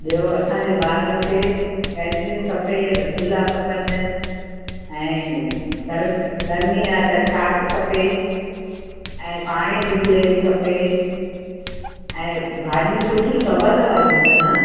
ॿियों असांजे ॿारनि खे आइस्क्रीम खपे रसगुल्ला खपनि ऐं गर गर्मी आहे त छाछ खपे ऐं पाणी बिसलेरी खपे ऐं भाॼियूं सुठियूं सवादु वारी हुजनि हा